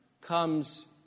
comes